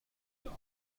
many